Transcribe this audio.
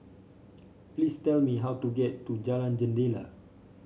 please tell me how to get to Jalan Jendela